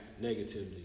negatively